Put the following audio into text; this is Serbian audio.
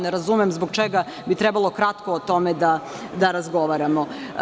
Ne razumem zbog čega bi trebalo kratko o tome da razgovaramo.